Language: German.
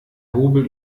hobel